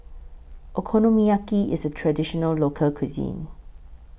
Okonomiyaki IS A Traditional Local Cuisine